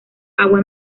agua